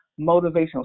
motivational